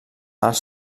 els